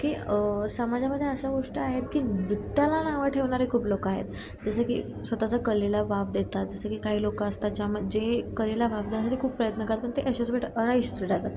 की समाजामध्ये अशा गोष्ट आहेत की नृत्याला नावं ठेवणारे खूप लोकं आहेत जसं की स्वतःचा कलेला वाव देतात जसं की काही लोकं असतात ज्यामध्ये जे कलेला वाव देणारे खूप प्रयत्न करतात ते यशस्वी ठरतात